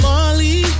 Molly